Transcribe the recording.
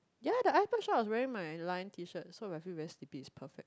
ya the iceberg shot I was wearing my line T-shirt so if I feel very sleep is perfect